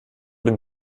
dem